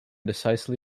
decisively